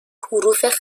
حروف